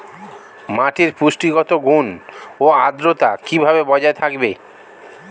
মাটির পুষ্টিগত গুণ ও আদ্রতা কিভাবে বজায় থাকবে?